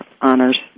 honors